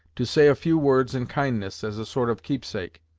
to say a few words in kindness, as a sort of keepsakes.